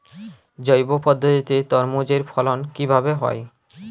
জৈব পদ্ধতিতে তরমুজের ফলন কিভাবে হয়?